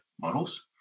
models